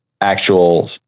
actual